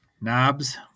Knobs